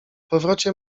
powrocie